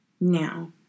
Now